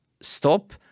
stop